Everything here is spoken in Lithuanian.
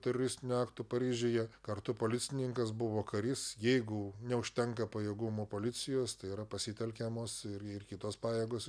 teroristinio akto paryžiuje kartu policininkas buvo karys jeigu neužtenka pajėgumo policijos tai yra pasitelkiamos ir ir kitos pajėgos